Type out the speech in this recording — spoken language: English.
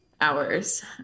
hours